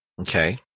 Okay